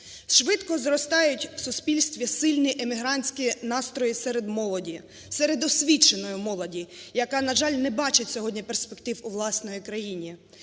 Швидко зростають в суспільстві сильні емігрантські настрої серед молоді, серед освіченої молоді, яка, на жаль, не бачить сьогодні перспектив у власній країні.